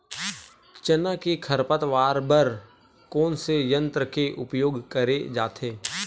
चना के खरपतवार बर कोन से यंत्र के उपयोग करे जाथे?